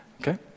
Okay